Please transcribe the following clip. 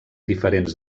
diferents